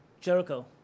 Jericho